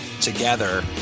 together